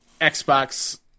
Xbox